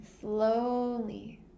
slowly